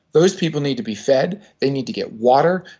those people need to be fed. they need to get water.